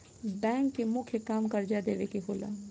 bank के मुख्य काम कर्जा देवे के होला